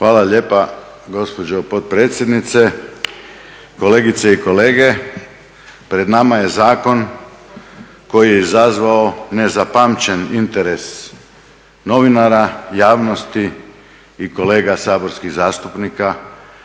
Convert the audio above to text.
Hvala lijepa gospođo potpredsjednice. Kolegice i kolege, pred nama je zakon koji je izazvao nezapamćen interes novinara, javnosti i kolega saborskih zastupnika